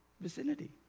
vicinity